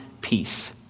peace